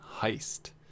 Heist